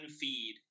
feed